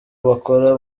bakora